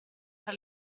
tra